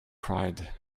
cried